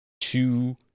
two